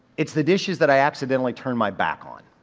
it's the dishes that i accidentally turn my back on.